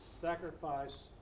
sacrifice